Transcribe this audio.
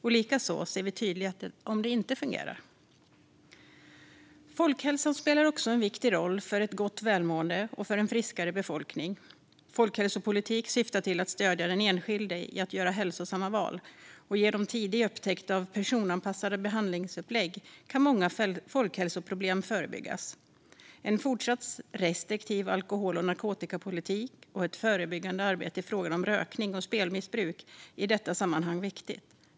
Och likaså ser vi tydligt om det inte fungerar. Folkhälsan spelar också en viktig roll för ett gott välmående och för en friskare befolkning. Folkhälsopolitik syftar till att stödja den enskilde i att göra hälsosamma val, och genom att tidigt upptäcka och personanpassa behandlingsupplägg kan många folkhälsoproblem förebyggas. En fortsatt restriktiv alkohol och narkotikapolitik och ett förebyggande arbete i frågor om rökning och spelmissbruk är i detta sammanhang viktigt.